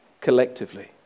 collectively